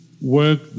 work